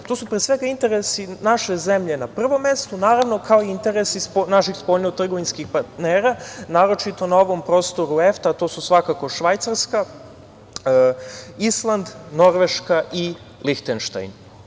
To su, pre svega, interesi naše zemlje na prvom mestu, naravno kao i interesi naših spoljno-trgovinskih partnera, naročito na ovom prostoru EFTA, a to su svakako Švajcarska, Island, Norveška i Lihtenštajn.